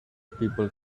people